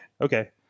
Okay